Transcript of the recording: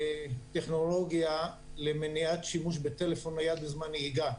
טכנולוגיה למניעת שימוש בטלפון נייד בזמן נהיגה.